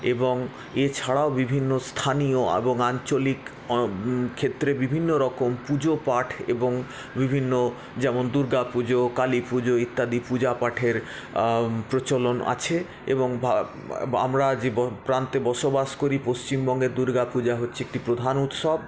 এবং এছাড়াও বিভিন্ন স্থানীয় এবং আঞ্চলিক ক্ষেত্রে বিভিন্ন রকম পুজো পাঠ এবং বিভিন্ন যেমন দুর্গাপুজো কালীপুজো ইত্যাদি পূজাপাঠের প্রচলন আছে এবং আমরা যে প্রান্তে বসবাস করি পশ্চিমবঙ্গের দুর্গাপূজা হচ্ছে একটি প্রধান উৎসব